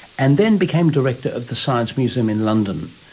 and then became director of the science museum in london.